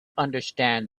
understand